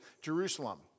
Jerusalem